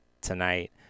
tonight